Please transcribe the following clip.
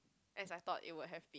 as I thought it will have